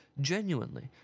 Genuinely